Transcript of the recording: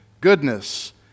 goodness